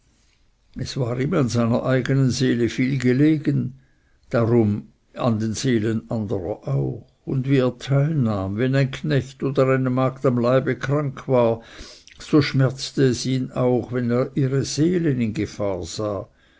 es war ihm an seiner eigenen seele viel gelegen darum an den seelen anderer auch und wie er teilnahm wenn ein knecht oder eine magd am leibe krank war so schmerzte es ihn auch wenn er ihre seelen in gefahr sah